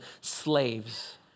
slaves